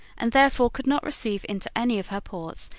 and therefore could not receive into any of her ports,